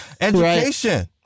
education